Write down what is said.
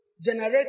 generate